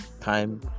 time